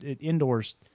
indoors